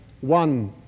one